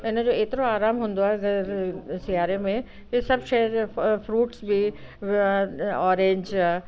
त इन जो एतिरो आरामु हूंदो आहे त सियारे में इहे सभु शयूं फ्रूट्स बि ऑरेंज आहे